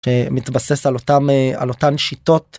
מתבסס על אותם על אותן שיטות.